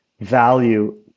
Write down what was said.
value